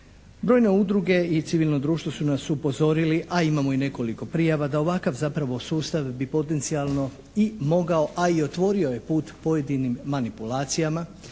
Brojne udruge i civilno društvo su nas upozorili, a imamo i nekoliko prijava da ovakav zapravo sustav bi potencijalno i mogao a i otvorio je put pojedinim manipulacijama